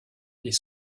des